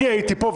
אני הייתי פה,